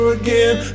again